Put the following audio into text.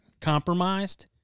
Compromised